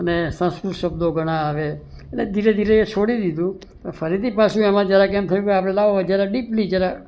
અને સંસ્કૃત શબ્દો ઘણા આવે પણ ધીરે ધીરે એ છોડી દીધું ફરીથી પાછું એમા જરાક એમ થયું કે લાવો જરા ડિપલી જરા